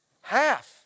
half